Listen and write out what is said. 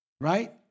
Right